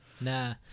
Nah